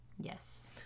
Yes